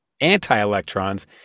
anti-electrons